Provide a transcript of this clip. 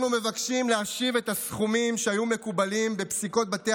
אנחנו מבקשים להשיב את הסכומים שהיו מקובלים בפסיקות בתי